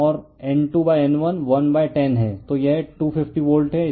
तो यह 250 वोल्ट है इसलिए V2 E250 वोल्ट है